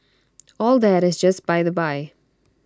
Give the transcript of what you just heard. all that is just by the by